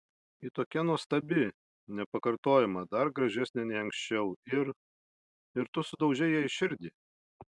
ji tokia nuostabi nepakartojama dar gražesnė nei anksčiau ir ir tu sudaužei jai širdį